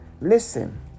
Listen